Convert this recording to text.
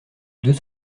deux